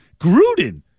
Gruden